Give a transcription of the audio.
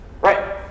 Right